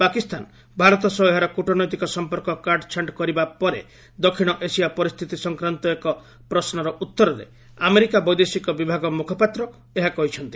ପାକିସ୍ତାନ ଭାରତ ସହ ଏହାର କ୍ରଟନୈତିକ ସମ୍ପର୍କ କାଟ୍ଛାଣ୍ଟ କରିବା ପରେ ଦକ୍ଷିଣ ଏସିଆ ପରିସ୍ଥିତି ସଂକ୍ରାନ୍ତ ଏକ ପ୍ରଶ୍ରର ଉତ୍ତରରେ ଆମେରିକା ବୈଦେଶିକ ବିଭାଗ ମୁଖପାତ୍ର ଏହା କହିଛନ୍ତି